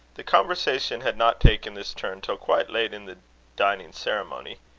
the conversation had not taken this turn till quite late in the dining ceremony.